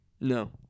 no